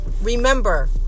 Remember